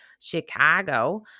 Chicago